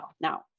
Now